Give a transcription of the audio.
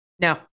No